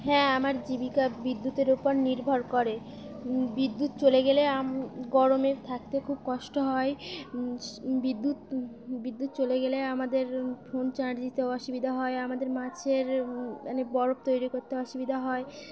হ্যাঁ আমার জীবিকা বিদ্যুতের ওপর নির্ভর করে বিদ্যুৎ চলে গেলে গরমে থাকতে খুব কষ্ট হয় বিদ্যুৎ বিদ্যুৎ চলে গেলে আমাদের ফোন চার্জ দিতে অসুবিধা হয় আমাদের মাছের মানে বরফ তৈরি করতে অসুবিধা হয়